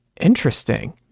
Interesting